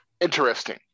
interesting